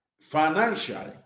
financially